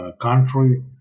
country